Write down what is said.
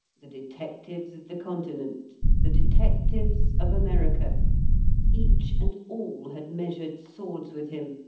the detectives of the continent, the detectives of america each and all had measured swords with him,